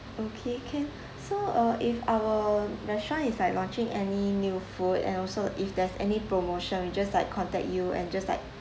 okay can so uh if our restaurant is like launching any new food and also if there's any promotion we just like contact you and just like